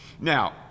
Now